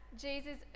Jesus